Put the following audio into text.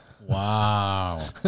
Wow